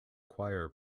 choir